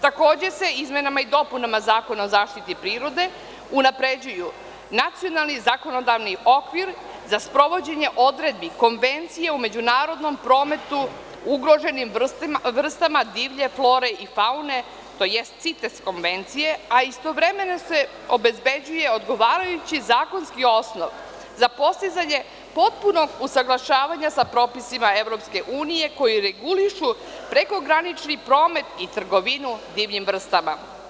Takođe se izmenama i dopunama Zakona o zaštiti prirode unapređuju nacionalni i zakonodavni okvir za sprovođenje odredbi Konvencije o međunarodnom prometu ugroženim vrstama divlje flore i faune, tj. CITES konvencija, a istovremeno se obezbeđuje odgovarajući zakonski osnov za postizanje potpunog usaglašavanja sa propisima EU koji regulišu prekogranični promet i trgovinu divljim vrstama.